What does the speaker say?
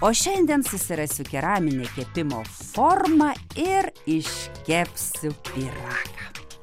o šiandien susirasiu keraminę kepimo formą ir iškepsiu pyragą